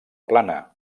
plana